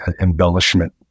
embellishment